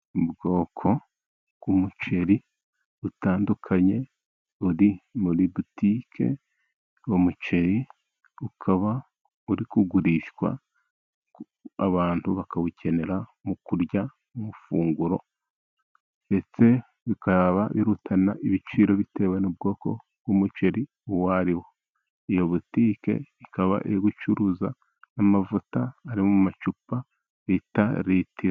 Ubwoko bw'umuceri butandukanye buri muri butike, umuceri ukaba uri kugurishwa abantu bawukenera mu kurya amafunguro ndetse bikaba birutana ibiciro bitewe n'ubwoko bw'umuceri uwo ariwo, iyo butike ikaba iri gucuruza amavuta ari mu macupa bita litiro.